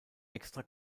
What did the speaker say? extra